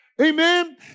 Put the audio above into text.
Amen